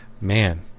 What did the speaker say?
man